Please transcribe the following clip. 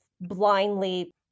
blindly